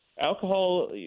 Alcohol